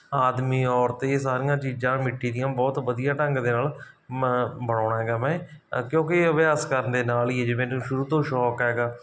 ਆਦਮੀ ਔਰਤ ਇਹ ਸਾਰੀਆਂ ਚੀਜ਼ਾਂ ਮਿੱਟੀ ਦੀਆਂ ਬਹੁਤ ਵਧੀਆ ਢੰਗ ਦੇ ਨਾਲ ਬਣਾਉਂਦਾ ਹੈਗਾ ਮੈਂ ਕਿਉਂਕਿ ਅਭਿਆਸ ਕਰਨ ਦੇ ਨਾਲ ਹੀ ਹੈ ਜਿਵੇਂ ਸ਼ੁਰੂ ਤੋਂ ਸ਼ੌਂਕ ਹੈਗਾ